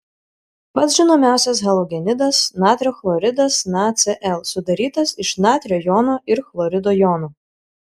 pats žinomiausias halogenidas natrio chloridas nacl sudarytas iš natrio jono ir chlorido jono